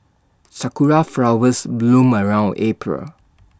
Sakura Flowers bloom around April